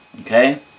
Okay